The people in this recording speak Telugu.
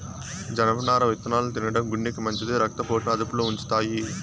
జనపనార విత్తనాలు తినడం గుండెకు మంచిది, రక్త పోటును అదుపులో ఉంచుతాయి